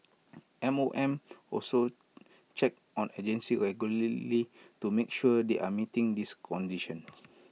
M O M also checks on agencies regularly to make sure they are meeting these conditions